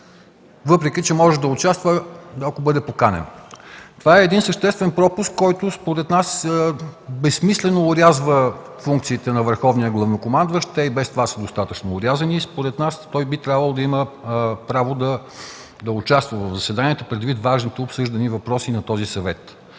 въпреки че може да участва, ако бъде поканен. Това е съществен пропуск, който според нас безсмислено орязва функциите на върховния главнокомандващ, и без това достатъчно орязани. Според нас той би трябвало да има право да участва в заседанията предвид на важните обсъждания и въпроси в този съвет.